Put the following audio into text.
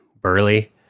burly